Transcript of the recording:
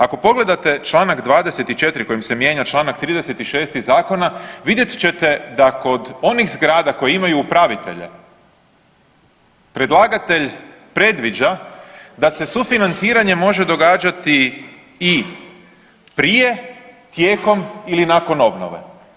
Ako pogledate čl. 24. kojim se mijenja čl. 36. zakona vidjet ćete da kod onih zgrada koji imaju upravitelje predlagatelj predviđa da se sufinanciranje može događati i prije, tijekom ili nakon obnove.